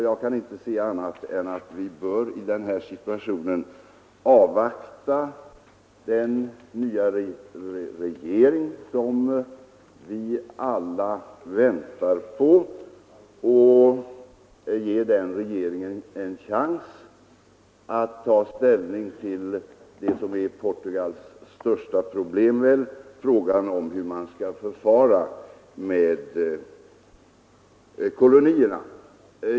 Jag kan inte se annat än att vi i denna situation bör avvakta den nya regering som vi alla väntar på och ge den regeringen en chans att ta ställning till det som väl är Portugals största problem, nämligen hur man skall förfara med kolonierna.